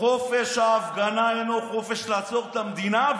"חופש ההפגנה אינו חופש לעצור את המדינה".